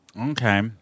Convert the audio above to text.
Okay